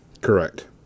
Correct